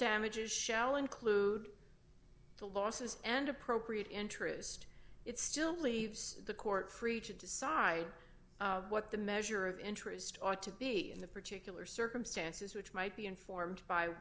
damages shell include the losses and appropriate interest it still leaves the court creature decide what the measure of interest ought to be in the particular circumstances which might be informed by